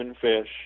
fish